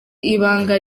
ibanga